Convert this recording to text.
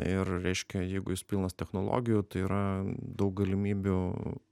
ir reiškia jeigu jis pilnas technologijų tai yra daug galimybių